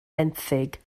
benthyg